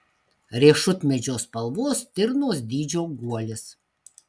riešutmedžio spalvos stirnos dydžio guolis